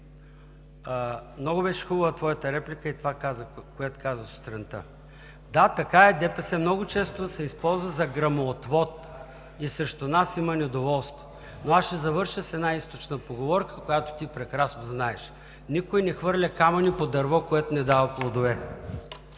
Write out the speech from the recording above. много беше хубава твоята реплика и това, което каза сутринта. Да, така е – ДПС много често се използва за гръмоотвод и срещу нас има недоволство. Но аз ще завърша с една източна поговорка, която ти прекрасно знаеш: „Никой не хвърля камъни по дърво, което не дава плодове.“